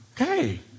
Okay